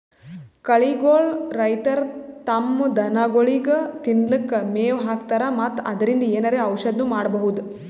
ಕಳಿಗೋಳ್ ರೈತರ್ ತಮ್ಮ್ ದನಗೋಳಿಗ್ ತಿನ್ಲಿಕ್ಕ್ ಮೆವ್ ಹಾಕ್ತರ್ ಮತ್ತ್ ಅದ್ರಿನ್ದ್ ಏನರೆ ಔಷದ್ನು ಮಾಡ್ಬಹುದ್